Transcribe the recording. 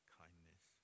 kindness